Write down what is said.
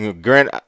Grant